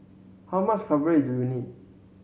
how much coverage do you need